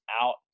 out